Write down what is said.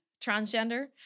transgender